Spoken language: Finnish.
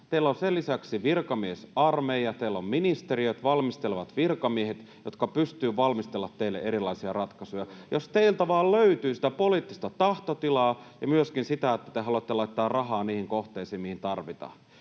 teillä on sen lisäksi virkamiesarmeija, teillä on ministeriöt, valmistelevat virkamiehet, jotka pystyvät valmistelemaan teille erilaisia ratkaisuja, jos teiltä vain löytyy sitä poliittista tahtotilaa ja myöskin sitä, että te haluatte laittaa rahaa niihin kohteisiin, mihin tarvitaan.